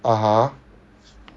(uh huh)